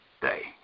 day